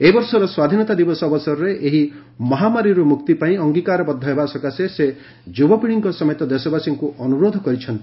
ଏବର୍ଷର ସ୍ୱାଧୀନତା ଦିବସ ଅବସରରେ ଏହି ମହାମାରୀରୁ ମୁକ୍ତି ପାଇଁ ଅଙ୍ଗୀକାରବଦ୍ଧ ହେବା ସକାଶେ ସେ ଯୁବାପିଡ଼ିଙ୍କ ସମେତ ଦେଶବାସୀଙ୍କୁ ଅନୁରୋଧ କରିଛନ୍ତି